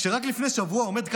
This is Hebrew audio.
רק לפני שבוע עומד כאן,